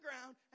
ground